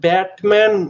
Batman